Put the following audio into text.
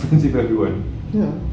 ya